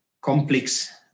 complex